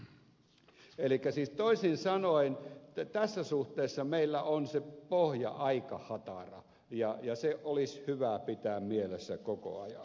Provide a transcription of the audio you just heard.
elikkä siis toisin sanoen tässä suhteessa meillä on se pohja aika hatara ja se olisi hyvä pitää mielessä koko ajan